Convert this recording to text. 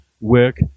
work